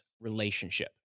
relationship